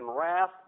wrath